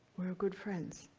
were good friends.